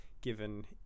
given